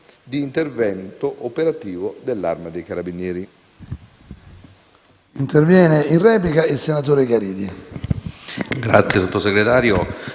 di intervento operativo dell'Arma dei carabinieri.